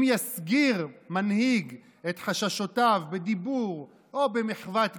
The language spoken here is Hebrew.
אם יסגיר מנהיג את חששותיו בדיבור או במחוות גוף,